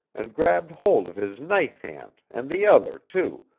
and grabbed hold of his knife-hand and the other too,